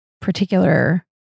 particular